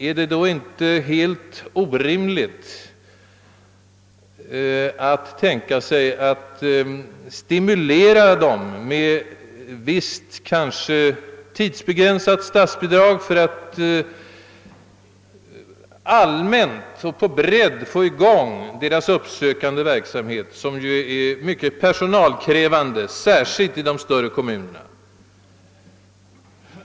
Är det då helt orimligt att tänka sig att stimulera kommunerna med visst — kanske tidsbegränsat — statsbidrag för att allmänt och på bredden få i gång deras uppsökande verksamhet som ju är mycket personalkrävande, särskilt i de större kommunerna?